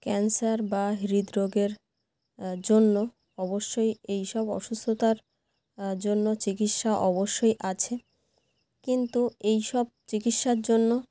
cancer বা হৃদ রোগের জন্য অবশ্যই এই সব অসুস্থতার জন্য চিকিৎসা অবশ্যই আছে কিন্তু এই সব চিকিৎসার জন্য